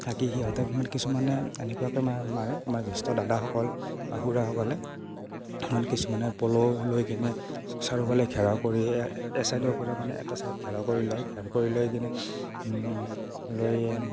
থাকি সিহঁতে মানে কিছুমানে এনেকুৱাকৈ মাৰে আমাৰ জ্যেষ্ঠ দাদাসকল বা খুৰাসকলে মানে কিছুমানে পল লৈ কিনে চাৰিওফালে ঘেৰাও কৰি এচাইডৰ পৰা মানে এটা চাইড ঘেৰাও কৰি লয় ঘেৰাও কৰি লৈ কিনে লৈ